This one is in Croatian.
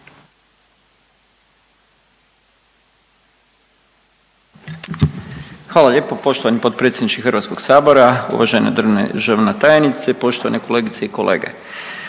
Hvala lijepo. Poštovani potpredsjedniče HS-a, uvažena državna tajnice, poštovane kolegice i kolege.